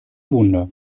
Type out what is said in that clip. wunder